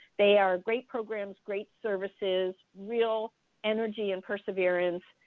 they are great programs, great services, real energy and perseverance,